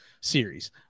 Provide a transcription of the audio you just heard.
series